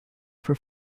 for